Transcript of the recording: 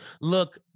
look